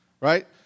right